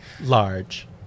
large